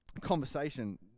conversation